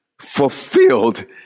fulfilled